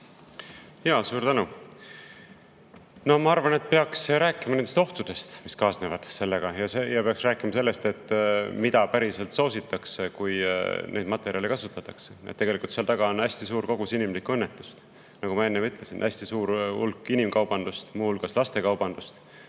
Suur tänu! Ma arvan, et peaks rääkima ohtudest, mis sellega kaasnevad, ja peaks rääkima sellest, mida päriselt soositakse, kui neid materjale kasutatakse. Tegelikult on seal taga hästi suur kogus inimlikku õnnetust, nagu ma enne ütlesin, hästi suur hulk inimkaubandust, muu hulgas lastekaubandust,